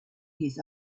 his